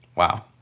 Wow